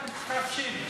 מתעקשים,